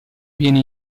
viene